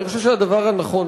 אני חושב שהדבר הנכון,